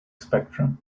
spectrum